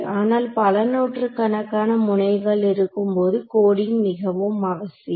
ஆனால் பல நூற்றுக்கணக்கான முனைகள் இருக்கும்போது கோடிங் மிகவும் அவசியம்